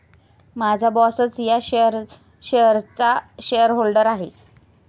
माझा बॉसच या शेअर्सचा शेअरहोल्डर आहे